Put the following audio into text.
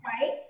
right